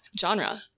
genre